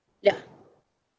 yeah